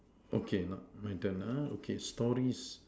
okay not my turn uh okay stories